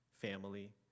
family